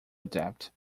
adapt